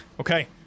Okay